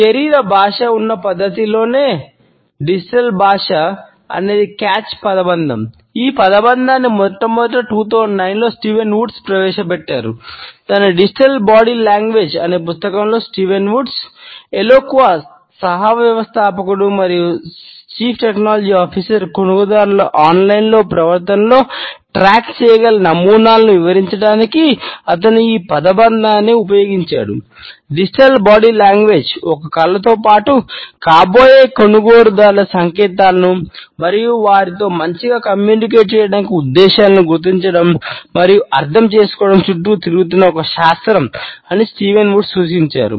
శరీర భాష ఉన్న పద్ధతిలోనే డిజిటల్ సూచించారు